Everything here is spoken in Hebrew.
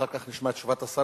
אחר כך נשמע את תשובת השר.